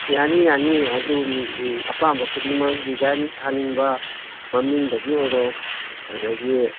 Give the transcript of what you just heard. ꯌꯥꯅꯤ ꯌꯥꯅꯤ ꯑꯗꯨꯝ ꯑꯄꯥꯝꯕ ꯈꯨꯗꯤꯡꯃꯛ ꯗꯤꯖꯥꯏꯟ ꯊꯥꯅꯤꯡꯕ ꯃꯃꯤꯡꯗꯒꯤ ꯑꯣꯏꯔꯣ ꯑꯗꯒꯤ